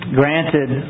granted